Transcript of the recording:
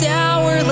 hour